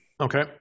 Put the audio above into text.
Okay